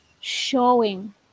showing